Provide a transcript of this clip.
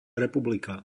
republika